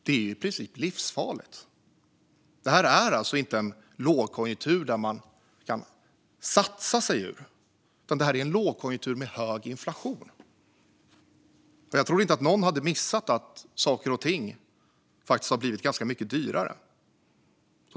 Det är i princip livsfarligt. Det här är inte en lågkonjunktur som man kan "satsa" sig ur. Det här är en lågkonjunktur med hög inflation. Jag trodde inte att någon hade missat att saker och ting faktiskt har blivit ganska mycket dyrare.